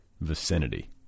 vicinity